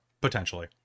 potentially